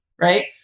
right